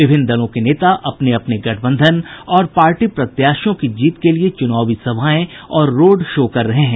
विभिन्न दलों के नेता अपने अपने गठबंधन और पार्टी प्रत्याशियों की जीत के लिए चुनावी सभाएं और रोड शो कर रहे हैं